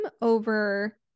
over